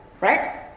right